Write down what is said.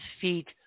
feet